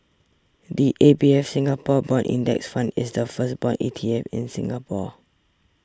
the A B F Singapore Bond Index Fund is the first bond E T F in Singapore